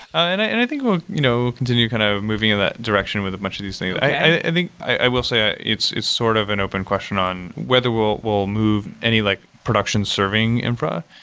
and i think we'll you know continue kind of moving in that direction with much of these things. i think i will say ah it's it's sort of an open question on whether we'll move any like production serving infra,